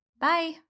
Bye